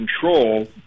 control